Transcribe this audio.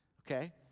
Okay